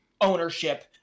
ownership